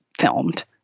filmed